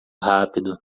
rápido